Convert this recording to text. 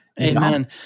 Amen